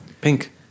pink